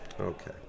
Okay